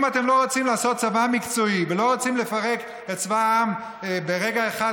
אם אתם לא רוצים לעשות צבא מקצועי ולא רוצים לפרק את צבא העם ברגע אחד,